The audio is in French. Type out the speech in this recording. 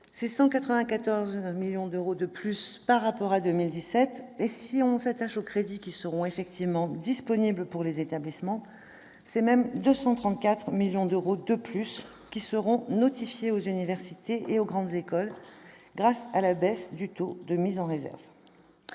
sont 194 millions d'euros de plus par rapport à 2017. Et si l'on s'attache aux crédits qui seront effectivement disponibles pour les établissements, ce sont même 234 millions d'euros de plus qui seront notifiés aux universités et aux grandes écoles grâce à la baisse du taux de mise en réserve.